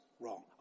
wrong